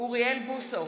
אוריאל בוסו,